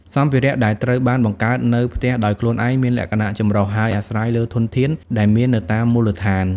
សម្ភារៈដែលត្រូវបានបង្កើតនៅផ្ទះដោយខ្លួនឯងមានលក្ខណៈចម្រុះ ហើយអាស្រ័យលើធនធានដែលមាននៅតាមមូលដ្ឋាន។